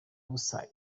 busa